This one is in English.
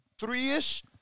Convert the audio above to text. three-ish